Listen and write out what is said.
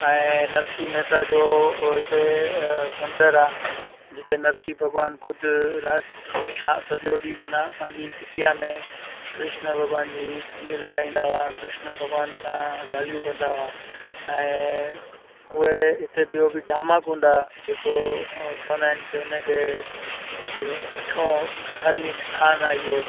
ऐं नरसिंह मेहता जो हिते मंदरु आहे जिते नरससिंह भॻवान ख़ुदि रा छा सॼो ॾींहं माना पंहिंजी कुटिया में कृष्ण भॻवान जी धूनी लॻाईंदा हुआ कृष्ण भॻवान सां ॻाल्हियूं कंदा हुआ ऐं उहे हिते ॿियो बि दामाकुंड आहे जेको चवंदा आहिनि की हुनखे भई हिकिड़ो अठो धार्मिक आस्थानु आहे इहो